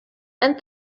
and